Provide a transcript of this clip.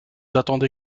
attendez